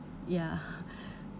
ya